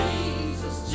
Jesus